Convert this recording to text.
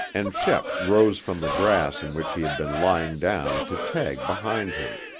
and shep rose from the grass in which he had been lying down to tag behind him.